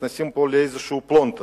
כנראה נכנסים פה לאיזה פלונטר.